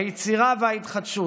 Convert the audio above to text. היצירה וההתחדשות,